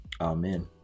Amen